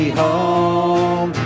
home